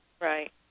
Right